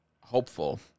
hopeful